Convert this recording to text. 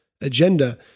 agenda